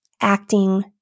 acting